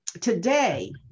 today